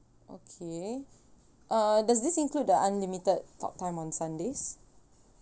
okay uh does this include the unlimited talk time on sundays